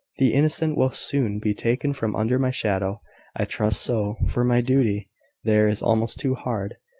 the innocent will soon be taken from under my shadow i trust so for my duty there is almost too hard.